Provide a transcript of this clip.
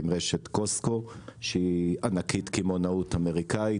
עם רשת Cosco ענקית קמעונאות אמריקאית.